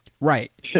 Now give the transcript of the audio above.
right